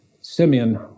Simeon